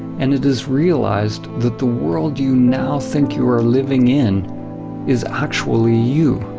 and it is realized that the world you now think you are living in is actually you.